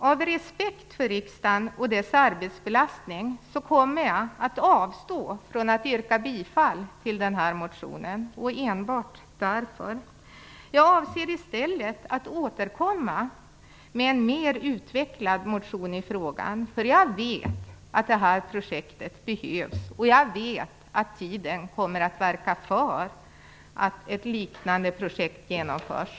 Av respekt för riksdagen och dess arbetsbelastning avstår jag från att yrka bifall till den här motionen - enbart därför. Jag avser i stället att återkomma med en mera utvecklad motion i frågan. Jag vet att det här projektet behövs. Jag vet att tiden kommer att verka för att ett liknande projekt genomförs.